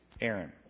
Aaron